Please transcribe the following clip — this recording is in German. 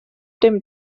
dem